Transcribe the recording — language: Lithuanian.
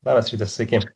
labas rytas sveiki